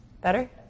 Better